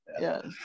Yes